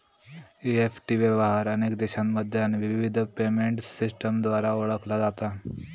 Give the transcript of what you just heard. EFT व्यवहार अनेक देशांमध्ये आणि विविध पेमेंट सिस्टमद्वारा ओळखला जाता